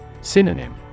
Synonym